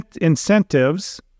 incentives